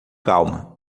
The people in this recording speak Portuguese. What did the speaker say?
calma